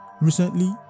Recently